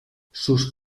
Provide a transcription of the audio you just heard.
sus